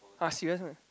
!huh! serious meh